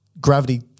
gravity